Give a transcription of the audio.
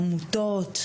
עמותות,